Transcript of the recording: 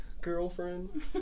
girlfriend